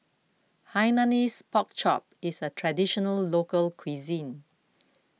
Hainanese Pork Chop is a Traditional Local Cuisine